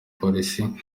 polisi